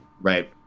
right